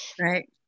Right